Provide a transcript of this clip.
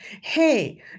hey